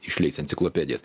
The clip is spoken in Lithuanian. išleis enciklopedijas